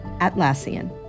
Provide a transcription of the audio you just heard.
Atlassian